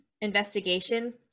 investigation